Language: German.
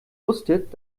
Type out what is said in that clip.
wusstet